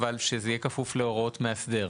אבל שזה יהיה כפוף להוראות מאסדר.